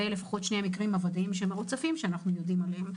אלה לפחות שני המקרים הוודאיים המרוצפים שאנחנו יודעים עליהם.